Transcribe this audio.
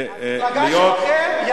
המפלגה שלכם ידעה,